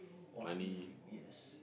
what we bring yes